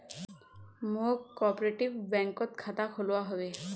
मौक कॉपरेटिव बैंकत खाता खोलवा हबे